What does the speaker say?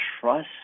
trust